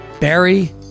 Barry